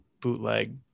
bootleg